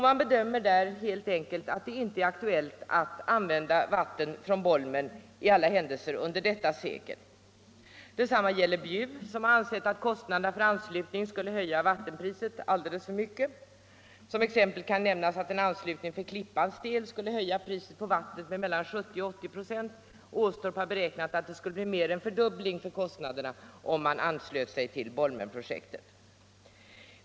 Där bedömer man helt enkelt saken så att det inte är aktuellt att använda vatten från Bolmen, i alla händelser inte under detta sekel. Detsamma gäller Bjuv, som ansett att kostnaderna för anslutningen skulle komma att höja vattenpriset alldeles för mycket. Som exempel kan nämnas att en anslutning för Klippans del skulle höja priset på vatten med mellan 70 och 80 96, och Åstorp har beräknat att det skulle bli mer än fördubbling av kostnaderna, om man anslöt sig till Bolmenprojektet.